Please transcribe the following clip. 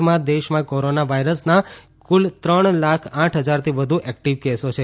હાલમાં દેશમાં કોરોના વાયરસના કુલ ત્રણ લાખ આઠ હજારથી વધુ એક્ટીવ કેસો છે